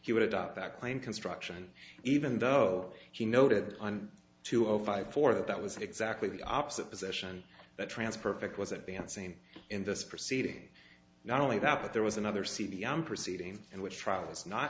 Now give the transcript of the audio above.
he would adopt that claim construction even though he noted on two of five four that that was exactly the opposite position that trance perfect was advancing in this proceeding not only that but there was another see beyond proceeding in which trials not